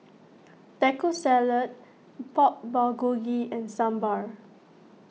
Taco Salad Pork Bulgogi and Sambar